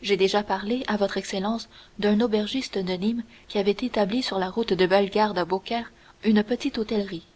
j'ai déjà parlé à votre excellence d'un aubergiste de nîmes qui avait établi sur la route de bellegarde à beaucaire une petite hôtellerie